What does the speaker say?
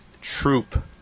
Troop